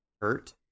hurt